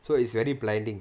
so it's very blinding